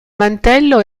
mantello